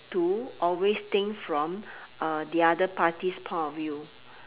to always think from uh the other party's point of view